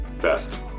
best